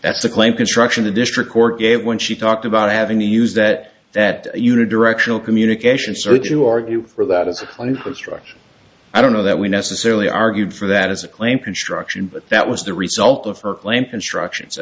that's the claim construction the district court gave when she talked about having to use that that unit directional communication search you argue for that as an infrastructure i don't know that we necessarily argued for that as a claim construction but that was the result of her claim constructions i